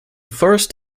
first